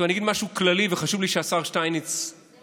אני אגיד משהו כללי, וחשוב לי שהשר שטייניץ יקשיב.